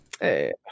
hey